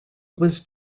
was